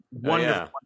wonderful